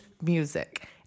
music